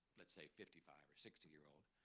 let's say, fifty five or sixty year old.